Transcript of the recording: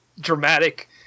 dramatic